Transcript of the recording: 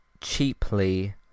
cheaply